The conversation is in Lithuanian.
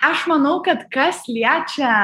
aš manau kad kas liečia